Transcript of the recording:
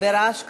ברעש כזה.